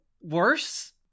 worse